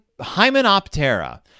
Hymenoptera